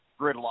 gridlock